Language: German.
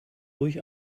ruhig